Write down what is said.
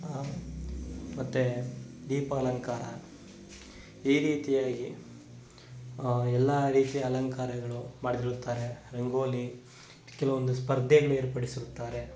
ಮತ್ತೆ ದೀಪ ಅಲಂಕಾರ ಈ ರೀತಿಯಾಗಿ ಎಲ್ಲ ರೀತಿಯ ಅಲಂಕಾರಗಳು ಮಾಡದಿರುತ್ತಾರೆ ರಂಗೋಲಿ ಕೆಲವೊಂದು ಸ್ಪರ್ಧೆಗಳು ಏರ್ಪಡಿಸುತ್ತಾರೆ